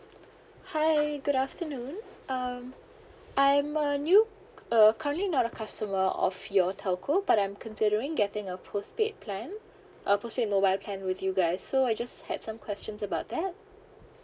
hi good afternoon um I'm a new uh currently not the customer of your telco but I'm considering getting a postpaid plan uh postpaid mobile plan with you guys so I just had some questions about that